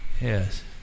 yes